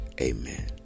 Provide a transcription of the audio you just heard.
Amen